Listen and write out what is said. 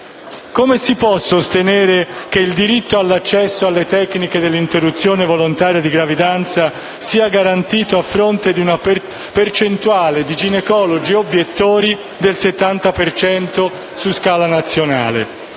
Come si può sostenere che il diritto all'accesso alle tecniche dell'interruzione volontaria di gravidanza sia garantito a fronte di una percentuale di ginecologi obiettori del 70 per cento su scala nazionale,